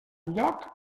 lloc